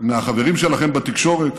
ומהחברים שלכם בתקשורת.